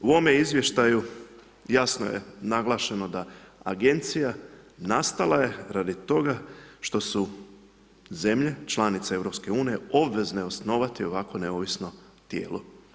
U ovome izvještaju jasno je naglašeno da agencija nastala je radi toga što su zemlje, članice EU, obveze osnovati ovakvo neovisno tijelo.